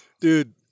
dude